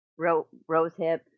rosehip